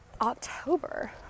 October